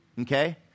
okay